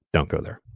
don't go there.